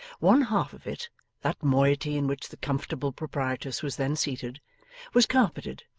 one half of it that moiety in which the comfortable proprietress was then seated was carpeted,